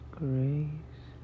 grace